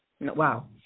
Wow